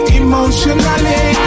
emotionally